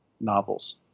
novels